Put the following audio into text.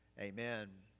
Amen